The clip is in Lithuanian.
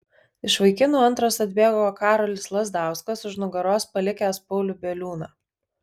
iš vaikinų antras atbėgo karolis lazdauskas už nugaros palikęs paulių bieliūną